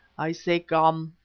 i say, come,